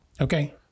okay